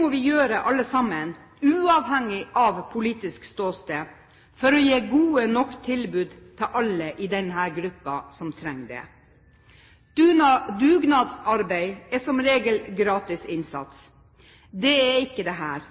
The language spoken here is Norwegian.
må vi gjøre alle sammen uavhengig av politisk ståsted for å gi gode nok tilbud til alle i denne gruppen som trenger det. Dugnadsarbeid er som regel gratis innsats. Det er ikke dette.